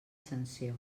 sanció